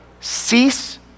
cease